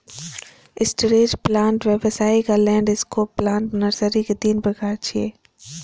stretch plant, व्यावसायिक आ landscape plant nursery के तीन प्रकार छियै